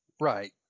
Right